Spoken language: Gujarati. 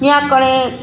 ત્યાં કણે